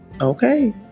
Okay